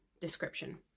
description